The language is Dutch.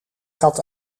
kat